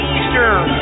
Eastern